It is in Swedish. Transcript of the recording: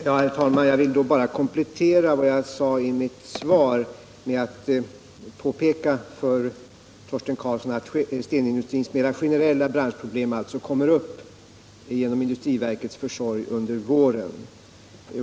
I Herr talman! Jag vill bara komplettera vad jag sade i mitt svar genom Om åtgärder mot att påpeka för Torsten Karlsson att stenindustrins mera generella bransch = ryggskador hos problem kommer att tas upp' genom industriverkets försorg under våren.